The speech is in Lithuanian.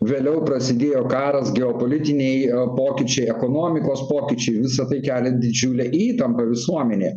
vėliau prasidėjo karas geopolitiniai pokyčiai ekonomikos pokyčiai visa tai kelia didžiulę įtampą visuomenėje